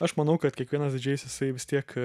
aš manau kad kiekvienas didžėjus jisai vis tiek